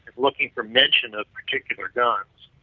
looking for mention of particular guns.